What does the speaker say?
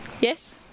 yes